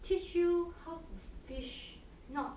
teach you how fish not